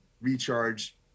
recharge